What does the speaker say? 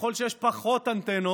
ככל שיש פחות אנטנות,